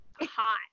hot